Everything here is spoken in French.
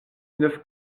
neuf